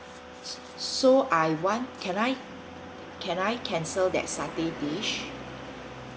s~ so I want can I can I cancel that satay dish